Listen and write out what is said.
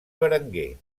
berenguer